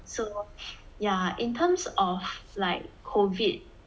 so yeah in terms of like COVID